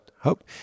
hope